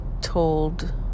told